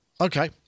Okay